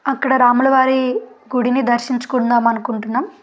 అక్కడ రాములవారి గుడిని దర్శించుకుందాము అనుకుంటున్నాం